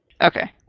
Okay